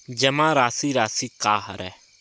जमा राशि राशि का हरय?